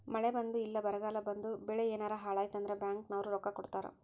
ಮಳೆ ಬಂದು ಇಲ್ಲ ಬರಗಾಲ ಬಂದು ಬೆಳೆ ಯೆನಾರ ಹಾಳಾಯ್ತು ಅಂದ್ರ ಬ್ಯಾಂಕ್ ನವ್ರು ರೊಕ್ಕ ಕೊಡ್ತಾರ